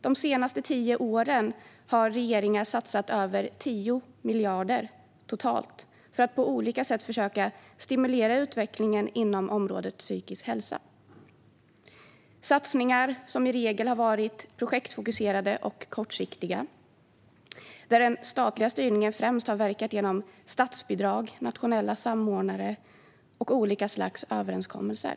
De senaste tio åren har regeringar satsat över 10 miljarder totalt för att på olika sätt försöka stimulera utvecklingen inom området psykisk hälsa. Det är satsningar som i regel har varit projektfokuserade och kortsiktiga och där den statliga styrningen främst har verkat genom statsbidrag, nationella samordnare och olika slags överenskommelser.